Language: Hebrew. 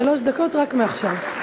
שלוש דקות רק מעכשיו.